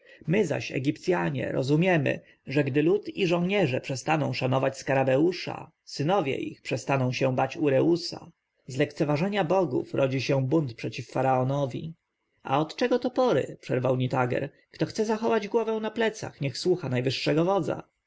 my zaś egipcjanie rozumiemy że gdy lud i żołnierze przestaną szanować skarabeusza synowie ich przestaną się bać ureusa z lekceważenia bogów urodzi się bunt przeciw faraonowi a od czego topory przerwał nitager kto chce zachować głowę na plecach niech słucha najwyższego wodza